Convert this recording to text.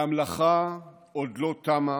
והמלאכה עוד לא תמה,